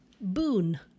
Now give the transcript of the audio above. boon